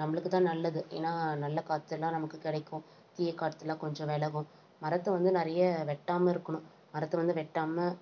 நம்மளுக்குதான் நல்லது ஏன்னால் நல்ல காற்றெல்லாம் நமக்கு கிடைக்கும் தீய காற்றெலாம் கொஞ்சம் விலகும் மரத்தை வந்து நிறைய வெட்டாமல் இருக்கணும் மரத்தை வந்து வெட்டாமல்